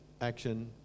action